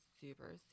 super